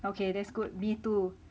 okay that's good me too